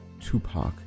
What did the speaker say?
tupac